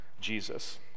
Jesus